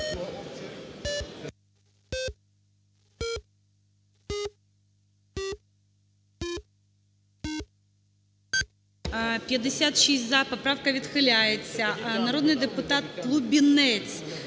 За-56 Поправка відхиляється. Народний депутат Лубінець